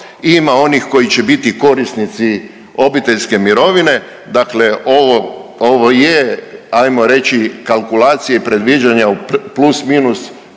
ima onih koji će biti korisnici obiteljske mirovine. Dakle, ovo je hajmo reći kalkulacije i predviđanja u plus, minus